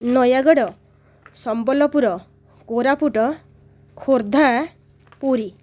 Nayagarh Sambalpur Koraput Khordha Puri